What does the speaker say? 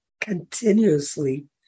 continuously